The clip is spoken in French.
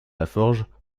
laforge